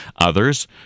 Others